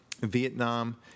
Vietnam